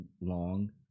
long